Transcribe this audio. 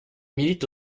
milite